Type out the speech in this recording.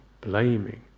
blaming